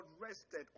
rested